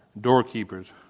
doorkeepers